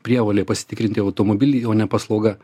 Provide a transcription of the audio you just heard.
prievolė pasitikrinti automobilį o ne paslauga